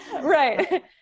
Right